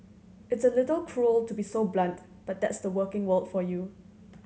it's a little cruel to be so blunt but that's the working world for you